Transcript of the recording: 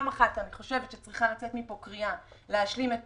אני חושבת שצריכה לצאת מפה קריאה להשלים את